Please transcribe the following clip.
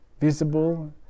visible